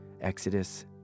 Exodus